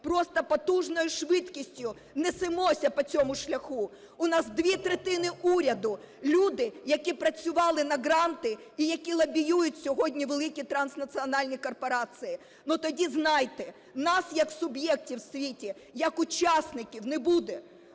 просто потужною швидкістю несемося по цьому шляху. У нас дві третини уряду – люди, які працювали на гранти і які лобіюють сьогодні великі транснаціональні корпорації. Ну, тоді знайте, нас як суб'єктів у світі, як учасників не буде,